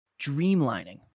Dreamlining